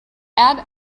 add